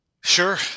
Sure